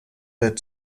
der